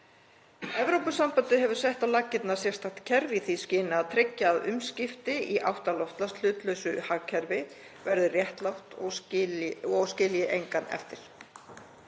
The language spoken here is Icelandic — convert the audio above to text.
Evrópusambandið hefur sett á laggirnar sérstakt kerfi í því skyni að tryggja að umskipti í átt að loftslagshlutlausu hagkerfi verði réttlát og skilji engan eftir.